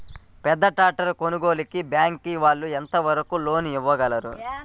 పెద్ద ట్రాక్టర్ కొనుగోలుకి బ్యాంకు వాళ్ళు ఎంత వరకు లోన్ ఇవ్వగలరు?